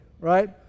Right